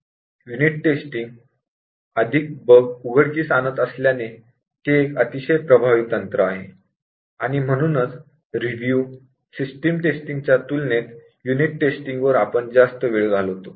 unit चाचणी अधिक bug उघडकीस आणत असल्याने हे एक अतिशय प्रभावी तंत्र आहे आणि म्हणूनच रिव्यू सिस्टम टेस्टिंग च्या तुलनेत युनिट टेस्टिंग वर आपण जास्त वेळ घालवतो